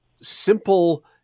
simple